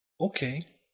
Okay